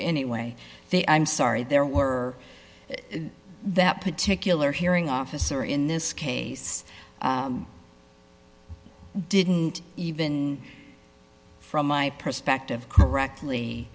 anyway i'm sorry there were that particular hearing officer in this case didn't even from my perspective correctly